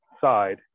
side